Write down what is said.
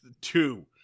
two